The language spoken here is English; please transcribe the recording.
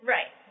Right